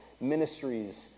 ministries